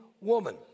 woman